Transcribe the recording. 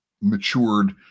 matured